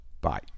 Bye